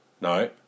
No